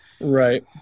Right